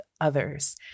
others